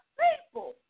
people